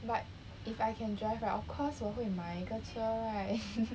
but if I can drive right of course 我会买一个车 right